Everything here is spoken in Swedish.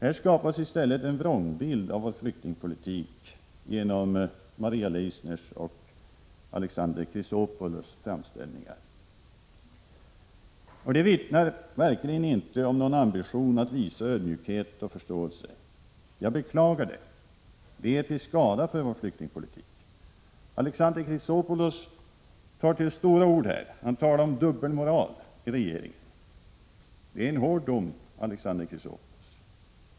Här skapas i stället genom Maria Leissners och Alexander Chrisopoulos framställningar en vrångbild av vår flyktingpolitik. Det vittnar verkligen inte om någon ambition att visa ödmjukhet och förståelse. Jag beklagar det. Det är till skada för vår flyktingpolitik. Alexander Chrisopoulos tar till stora ord. Han talar om dubbelmoral i regeringen. Det är en hård dom, Alexander Chrisopoulos.